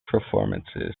performances